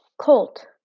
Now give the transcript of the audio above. Colt